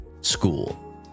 school